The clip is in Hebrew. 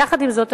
יחד עם זאת,